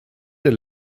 der